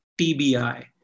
TBI